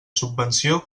subvenció